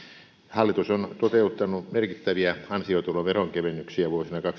hallitus on toteuttanut merkittäviä ansiotuloveronkevennyksiä